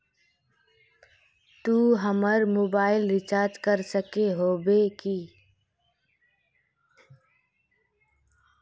तू हमर mobile recharge कर सके होबे की?